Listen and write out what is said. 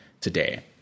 today